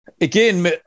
Again